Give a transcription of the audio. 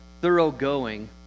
thoroughgoing